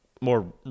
more